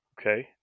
Okay